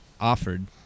offered